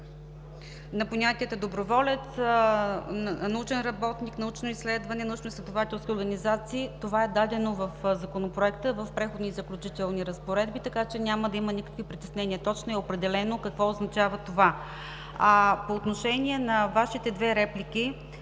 за понятията доброволец, научен работник, научно изследване, научноизследователски организации, това е дадено в Законопроекта в Преходните и заключителни разпоредби, така че няма да има никакви притеснения, точно е определено какво означава това. По отношение на Вашите две реплики